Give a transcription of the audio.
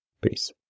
Peace